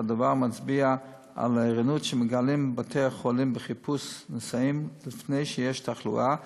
הדבר מצביע על הערנות שמגלים בתי-החולים בחיפוש נשאים לפני שיש תחלואה,